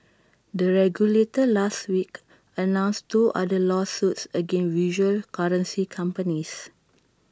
the regulator last week announced two other lawsuits against virtual currency companies